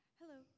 hello